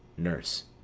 nurse.